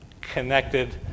connected